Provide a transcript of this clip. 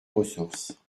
ressources